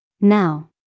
Now